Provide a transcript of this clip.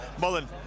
Mullen